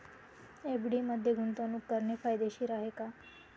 FD मध्ये गुंतवणूक करणे फायदेशीर आहे का?